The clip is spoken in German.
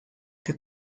der